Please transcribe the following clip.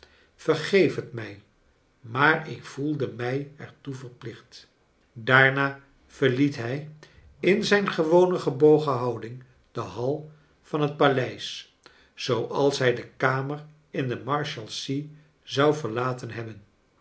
vergeef het mij maar ik voelde mij er toe verplicht daarna verliet hij in zijn gewone gebogen bonding de hal van bet paleis zooals hij de kamer in de marshalsea zou verlaten hebben